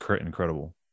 incredible